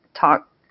talk